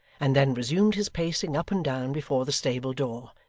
and then resumed his pacing up and down before the stable-door,